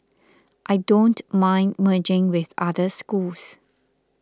I don't mind merging with other schools